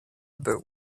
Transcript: about